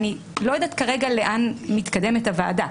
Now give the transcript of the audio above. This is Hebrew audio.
אני לא יודעת כרגע לאן מתקדמת הוועדה.